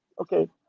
okay